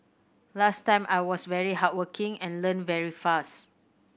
last time I was very hardworking and learnt very fast